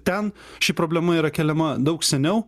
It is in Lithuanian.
ten ši problema yra keliama daug seniau